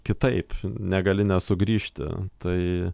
kitaip negali nesugrįžti tai